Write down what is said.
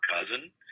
cousin